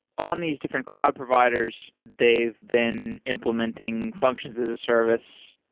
on these different cloud providers, they've been implementing functions as a service,